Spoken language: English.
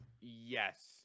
Yes